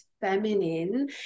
feminine